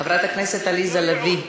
חברת הכנסת מירב בן ארי?